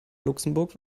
luxemburg